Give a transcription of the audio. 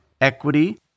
equity